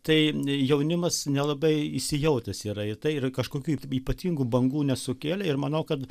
tai jaunimas nelabai įsijautęs yra į tai ir kažkokių ypatingų bangų nesukėlė ir manau kad